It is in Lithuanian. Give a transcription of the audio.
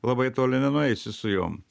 labai toli nenueisi su jom